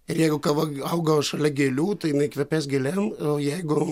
ir jeigu kava augo šalia gėlių tai jinai kvepės gėlėm o jeigu